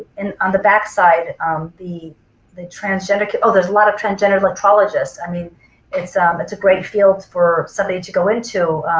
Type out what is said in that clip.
and on the back side the the transgender oh there's a lot of transgender electrologists. i mean it's um it's a great field for somebody to go into.